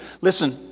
Listen